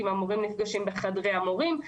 אם המורים נפגשים בחדרי המורים,